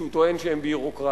שהוא טוען שהם ביורוקרטיים.